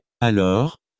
Alors